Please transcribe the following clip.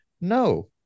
No